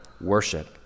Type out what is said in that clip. worship